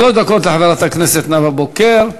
שלוש דקות לחברת הכנסת נאוה בוקר.